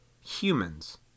Humans